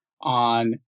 on